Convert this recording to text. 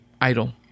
Idol